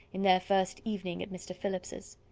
in their first evening at mr. phillips's.